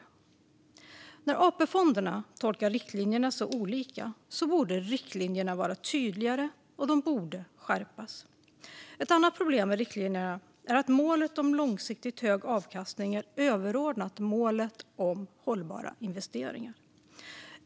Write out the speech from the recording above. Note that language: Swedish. Eftersom AP-fonderna tolkar riktlinjerna så olika borde riktlinjerna vara tydligare och skärpas. Ett annat problem med riktlinjerna är att målet om långsiktigt hög avkastning är överordnat målet om hållbara investeringar.